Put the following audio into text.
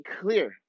clear